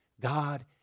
God